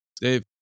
Dave